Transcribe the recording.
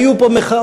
היו פה מחאות.